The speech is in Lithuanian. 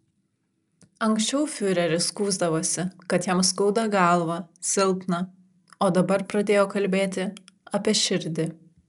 anksčiau fiureris skųsdavosi kad jam skauda galvą silpna o dabar pradėjo kalbėti apie širdį